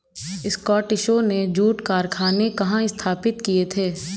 स्कॉटिशों ने जूट कारखाने कहाँ स्थापित किए थे?